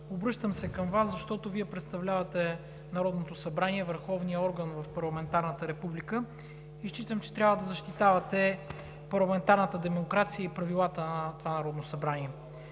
обръщам се към Вас, защото Вие представлявате Народното събрание – върховния орган в парламентарната република, и считам, че трябва да защитавате парламентарната демокрация и правилата на това Народно събрание.